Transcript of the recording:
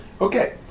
Okay